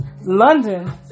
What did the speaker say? London